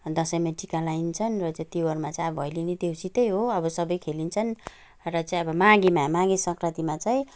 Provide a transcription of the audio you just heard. दसैँमा टिका लाइन्छ र चाहिँ तिहारमा चाहिँ अब भैलेनी देउसी त्यही हो अब सबै खेलिन्छ र चाहिँ अब मागीमा माघे सङ्क्रान्तिमा चाहिँ